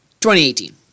2018